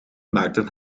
maakten